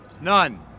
None